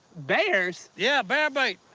bears? yeah bear bait!